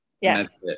Yes